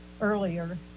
earlier